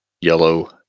yellow